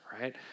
right